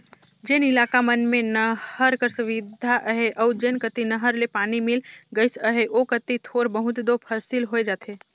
जेन इलाका मन में नहर कर सुबिधा अहे अउ जेन कती नहर ले पानी मिल गइस अहे ओ कती थोर बहुत दो फसिल होए जाथे